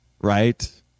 right